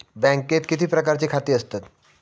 बँकेत किती प्रकारची खाती असतत?